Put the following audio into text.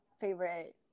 favorite